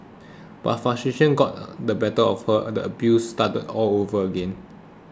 but frustration got the better of her and the abuse started all over again